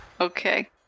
Okay